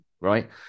right